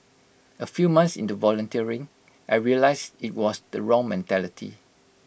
A few months into volunteering I realised IT was the wrong mentality